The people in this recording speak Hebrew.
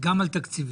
גם על תקציבים.